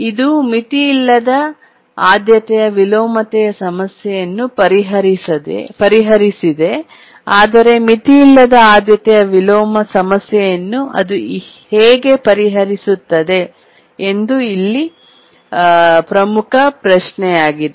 ಇದು ಮಿತಿಯಿಲ್ಲದ ಆದ್ಯತೆಯ ವಿಲೋಮತೆಯ ಸಮಸ್ಯೆಯನ್ನು ಪರಿಹರಿಸಿದೆ ಆದರೆ ಮಿತಿಯಿಲ್ಲದ ಆದ್ಯತೆಯ ವಿಲೋಮ ಸಮಸ್ಯೆಯನ್ನು ಅದು ಹೇಗೆ ಪರಿಹರಿಸುತ್ತದೆ ಎಂಬುದು ಇಲ್ಲಿ ಪ್ರಮುಖ ಪ್ರಶ್ನೆಯಾಗಿದೆ